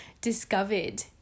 discovered